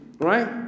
right